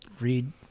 read